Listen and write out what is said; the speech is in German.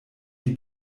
die